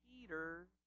Peter